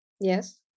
Yes